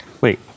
Wait